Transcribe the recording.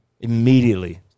immediately